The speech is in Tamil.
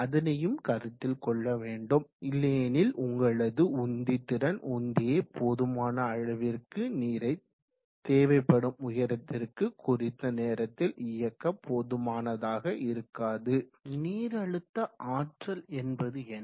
அதனையும் கருத்தில் கொள்ள வேண்டும் இல்லையெனில் உங்களது உந்தி திறன் உந்தியை போதுமான அளவிற்கு நீரை தேவைப்படும் உயரத்திற்கு குறித்த நேரத்தில் இயக்க போதுமானதாக இருக்காது நீரழுத்த ஆற்றல் என்பது என்ன